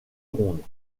rondes